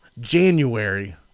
January